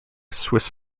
swiss